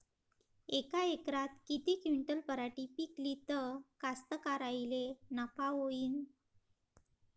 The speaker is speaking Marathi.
यका एकरात किती क्विंटल पराटी पिकली त कास्तकाराइले नफा होईन?